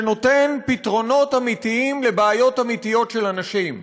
שנותן פתרונות אמיתיים לבעיות אמיתיות של אנשים.